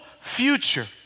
future